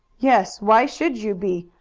yes, why should you be?